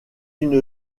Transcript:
une